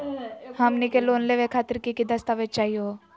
हमनी के लोन लेवे खातीर की की दस्तावेज चाहीयो हो?